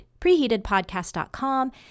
preheatedpodcast.com